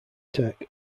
tech